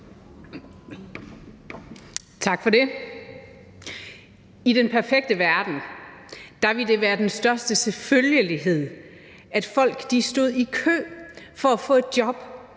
Tak for det. I den perfekte verden ville det være den største selvfølgelighed, at folk stod i kø for at få et job,